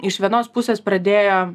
iš vienos pusės pradėjo